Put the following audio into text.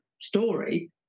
story